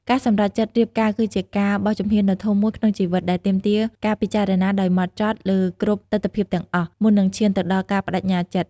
ការសម្រេចចិត្តរៀបការគឺជាការបោះជំហានដ៏ធំមួយក្នុងជីវិត ដែលទាមទារការពិចារណាដោយហ្មត់ចត់លើគ្រប់ទិដ្ឋភាពទាំងអស់ មុននឹងឈានទៅដល់ការប្តេជ្ញាចិត្ត។